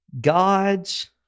God's